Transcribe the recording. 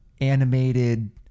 animated